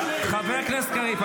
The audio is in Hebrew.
חבר הכנסת קריב,